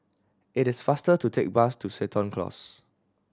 it is faster to take bus to Seton Close